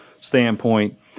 standpoint